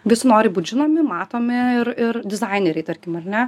visi nori būt žinomi matomi ir ir dizaineriai tarkim ar ne